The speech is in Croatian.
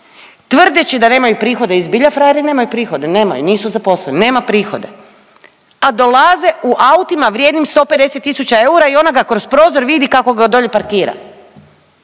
tvrdeći da nemaju prihode i zbilja frajeri nemaju prihode, nemaju, nisu zaposleni, nema prihode, a dolaze u autima vrijednim 150 tisuća eura i ona ga kroz prozor vidi kako ga dolje parkira.